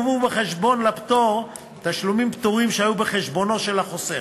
יובאו בחשבון לפטור תשלומים פטורים שהיו בחשבונו של החוסך.